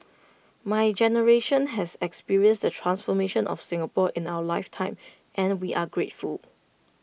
my generation has experienced the transformation of Singapore in our life time and we are grateful